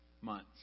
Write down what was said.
months